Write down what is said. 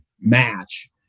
match